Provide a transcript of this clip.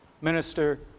minister